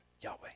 Yahweh